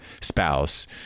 spouse